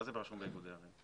מה זה באיגודי ערים?